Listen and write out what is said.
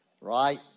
Right